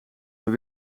mijn